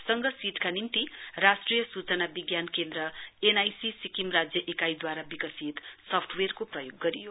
संघ सीटका निम्ति राष्ट्रिय सुचना विज्ञान केन्द्र एन आई सि सिक्किम राज्य काइदूवारा विकसित सफ्टवेयरको प्रयोग गरियो